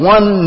One